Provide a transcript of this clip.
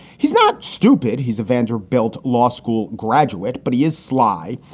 he's not stupid. he's a vanderbilt law school graduate, but he is sly.